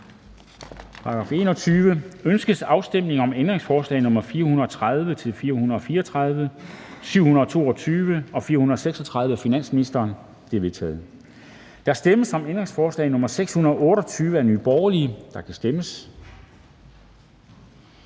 forkastet. Ønskes afstemning om ændringsforslag nr. 770-772 og 613 af finansministeren? De er vedtaget. Der stemmes om ændringsforslag nr. 635 af NB, og der kan stemmes.